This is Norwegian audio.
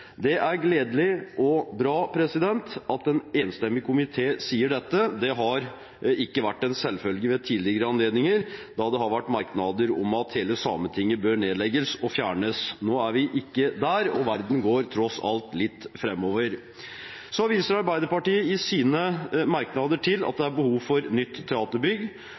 Det er gledelig og bra at en enstemmig komité sier dette. Det har ikke vært en selvfølge ved tidligere anledninger, da det har vært merknader om at hele Sametinget bør nedlegges og fjernes. Nå er vi ikke der. Verden går tross alt litt framover. Arbeiderpartiet viser i sine merknader til at det er behov for nytt teaterbygg,